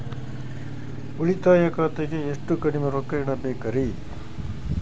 ಉಳಿತಾಯ ಖಾತೆಗೆ ಎಷ್ಟು ಕಡಿಮೆ ರೊಕ್ಕ ಇಡಬೇಕರಿ?